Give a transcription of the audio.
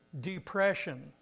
depression